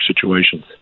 situations